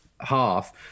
half